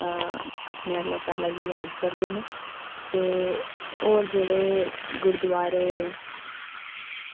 अपना अल्ला ताला गी याद करदे न ते होर जेह्ड़े गुरूदोआरे